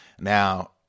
now